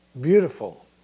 beautiful